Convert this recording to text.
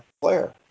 player